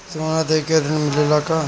सोना देके ऋण मिलेला का?